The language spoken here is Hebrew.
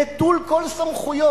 נטול כל סמכויות.